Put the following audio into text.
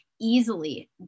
easily